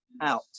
out